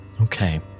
Okay